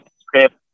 script